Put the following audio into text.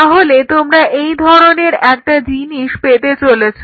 তাহলে তোমরা এই ধরনের একটা জিনিস পেতে চলেছ